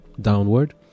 downward